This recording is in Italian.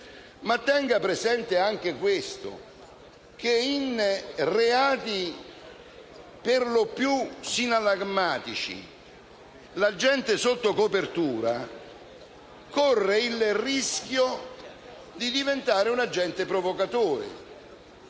associativi, ma anche questo: in reati per lo più sinallagmatici l'agente sotto copertura corre il rischio di diventare un agente provocatore.